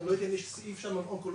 שלא יפגע בסעיף שם אונקולוגיה.